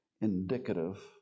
indicative